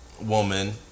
woman